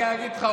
אני אגיד לך,